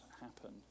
happen